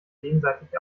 gegenseitig